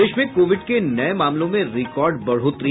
प्रदेश में कोविड के नये मामलों में रिकॉर्ड बढ़ोतरी